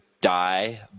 die